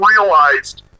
realized